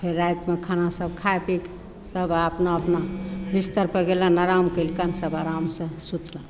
फेर रातिमे खाना सब खाइ पीके सब अपना अपना बिस्तर पर गेलनि आराम कयलकनि सब आरामसँ सुतला